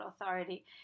authority